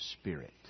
Spirit